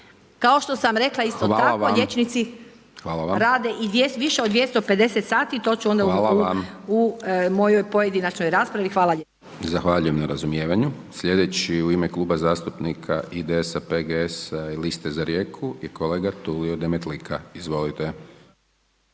kao što sam rekla isto tako liječnici rade i više od 250 sati, to ću onda u mojoj pojedinačnoj raspravi. Hvala vam lijepo. **Hajdaš Dončić, Siniša (SDP)** Zahvaljujem na razumijevanju. Slijedeći u ime Kluba zastupnika IDS-a, PGS-a i Liste za Rijeku je kolega Tulio Demetlika.